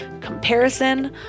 Comparison